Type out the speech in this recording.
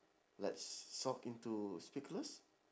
like shock into speechless